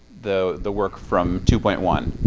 the the work from two point one.